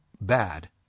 bad